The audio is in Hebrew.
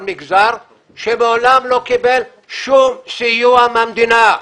על מגזר שמעולם לא קיבל שום סיוע מהמדינה,